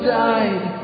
died